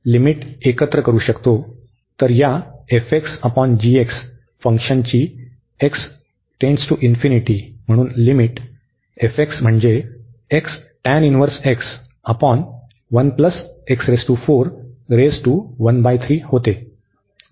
तर या फंक्शनची म्हणून लिमिट म्हणजे होते